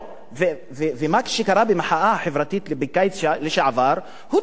ומה שקרה במחאה החברתית בקיץ שעבר הוא דוגמה.